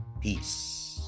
Peace